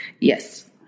Yes